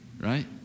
right